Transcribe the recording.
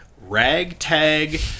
ragtag